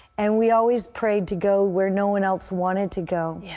and we always prayed to go where no one else wanted to go. yeah